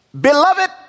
Beloved